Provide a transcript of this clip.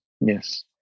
Yes